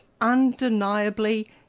undeniably